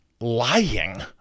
lying